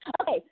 Okay